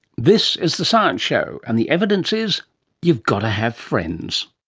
this is the science show, and the evidence is you've got to have friends.